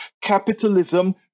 Capitalism